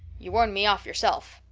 you warned me off yourself.